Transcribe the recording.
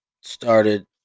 started